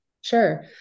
Sure